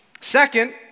Second